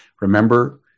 Remember